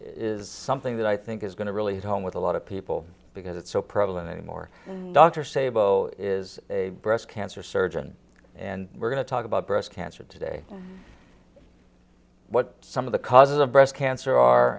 is something that i think is going to really hit home with a lot of people because it's so prevalent anymore doctor say bo is a breast cancer surgeon and we're going to talk about breast cancer today what some of the causes of breast cancer are